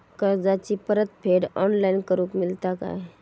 कर्जाची परत फेड ऑनलाइन करूक मेलता काय?